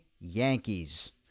Yankees